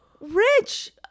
Rich